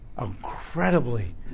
incredibly